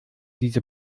diese